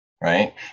right